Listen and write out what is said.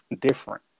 different